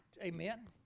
Amen